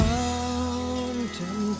mountain